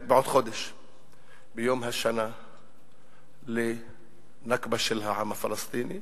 ביום השנה ל"נכבה" של העם הפלסטיני,